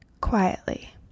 quietly